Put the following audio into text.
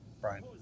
Brian